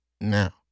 Now